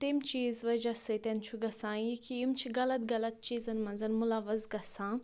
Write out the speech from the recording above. تٔمۍ چیٖز وجہٕ سۭتۍ چھُ گژھان یہِ کہ یِم چھِ غلط غلط چیٖزَن منٛز مُلوَث گژھان